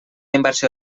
inversió